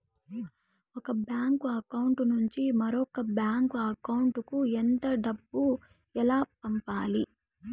ఒక bank account నుంచి మరొక బ్యాంకు అకౌంట్ కు ఎంత డబ్బు ఎలా పంపాలి